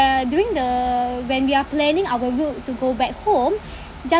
during the when we are planning our road to go back home just